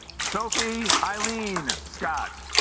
sophie eileen scott